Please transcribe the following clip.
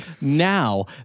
Now